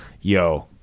Yo